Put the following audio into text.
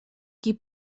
qui